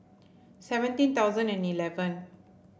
seventeen thousand and eleven